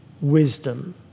Wisdom